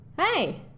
Hey